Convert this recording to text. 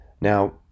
now